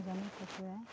এজনী কুকুৰাই